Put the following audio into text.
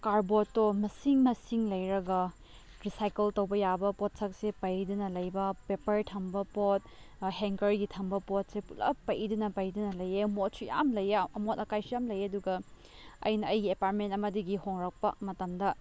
ꯀꯥꯔꯕꯣꯠꯇꯣ ꯃꯁꯤꯡ ꯃꯁꯤꯡ ꯂꯩꯔꯒ ꯔꯤꯁꯥꯏꯀꯜ ꯇꯧꯕ ꯌꯥꯕ ꯄꯣꯠꯁꯛꯁꯦ ꯄꯩꯗꯅ ꯂꯩꯕ ꯄꯦꯄꯔ ꯊꯝꯕ ꯄꯣꯠ ꯍꯦꯡꯒꯔꯒꯤ ꯊꯝꯕ ꯄꯣꯠꯁꯦ ꯄꯨꯂꯞ ꯄꯩꯗꯅ ꯄꯩꯗꯅ ꯂꯩꯌꯦ ꯃꯣꯠꯁꯨ ꯌꯥꯝ ꯂꯩꯌꯦ ꯑꯃꯣꯠ ꯑꯀꯥꯏꯁꯨ ꯌꯥꯝ ꯂꯩꯌꯦ ꯑꯗꯨꯒ ꯑꯩꯅ ꯑꯩꯒꯤ ꯑꯦꯄꯥꯔꯃꯦꯟ ꯑꯃꯗꯒꯤ ꯍꯣꯡꯂꯛꯄ ꯃꯇꯝꯗ